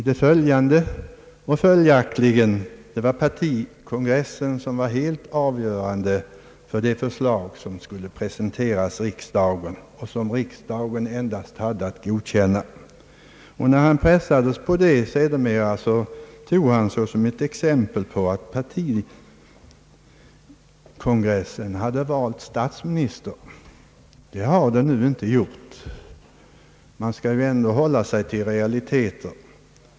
Det var följaktligen partikongressen som var helt avgörande för de förslag som skulle presenteras i riksdagen och som riksdagen endast hade att godkänna. När han sedermera pressades på detta tog han som exempel att partikongressen hade valt statsminister. Det har den inte gjort. Man skall hålla sig till realiteter.